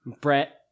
Brett